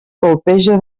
colpeja